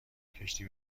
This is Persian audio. کشتی